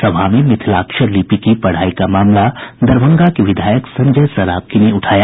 सभा में मिथिलाक्षर लिपि की पढ़ाई का मामला दरभंगा के विधायक संजय सरावगी ने उठाया